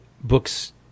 books